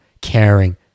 caring